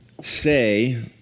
say